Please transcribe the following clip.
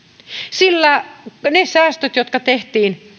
sillä niistä säästöistä jotka tehtiin